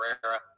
Cabrera